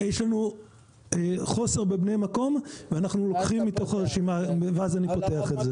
יש לנו חוסר בבני המקום ואנחנו לוקחים מתוך הרשימה ואז אני פותח את זה.